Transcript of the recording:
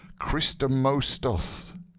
Christomostos